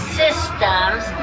systems